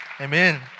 amen